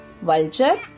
Vulture